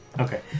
Okay